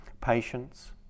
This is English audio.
Patience